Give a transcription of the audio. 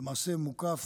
למעשה מוקף